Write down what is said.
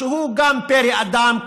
שגם הוא פרא אדם,